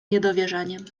niedowierzaniem